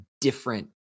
different